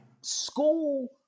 School